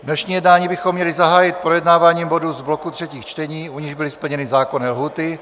Dnešní jednání bychom měli zahájit projednáváním bodů z bloku třetích čtení, u nichž byly splněny zákonné lhůty.